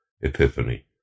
epiphany